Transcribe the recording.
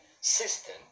system